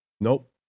Nope